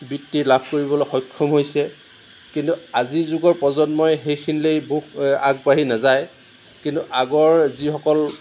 বৃত্তি লাভ কৰিবলৈ সক্ষম হৈছে কিন্তু আজিৰ যুগৰ প্ৰজন্মই সেইখিনিলে আগবাঢ়ি নাযায় কিন্তু আগৰ যিসকল